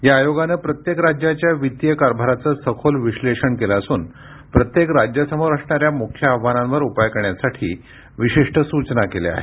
या आयोगाने प्रत्येक राज्याच्या वित्तीय कारभाराचं सखोल विश्लेषण केलं असून प्रत्येक राज्यासमोर असणाऱ्या मुख्य आव्हानांवर उपाय करण्यासाठी विशिष्ट सूचना केल्या आहेत